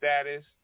status